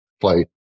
play